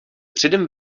předem